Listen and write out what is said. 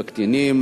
בקטינים,